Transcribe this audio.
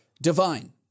Divine